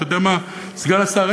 אתה יודע מה, סגן השר?